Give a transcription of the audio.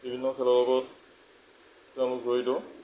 বিভিন্ন খেলৰ লগত তেওঁলোক জড়িত